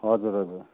हजुर हजुर